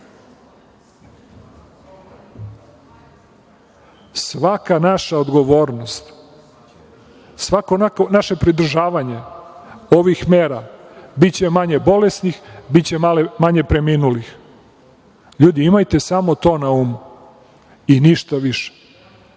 Svaka naša odgovornost, svako naše pridržavanje ovih mera, biće manje bolesnih, biće manje preminulih. Ljudi, imajte samo to na umu i ništa više.Za